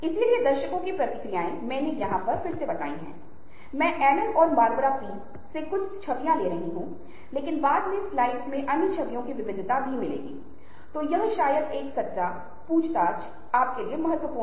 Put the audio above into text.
जबकि हम यह नहीं कर रहे हैं सोशल मीडिया एक बहुत ही महत्वपूर्ण घटक है जो इन रुझानों को देखते हैं और यह कुछ ऐसा है जो व्यापार और वाणिज्य के संदर्भ में बहुत महत्वपूर्ण है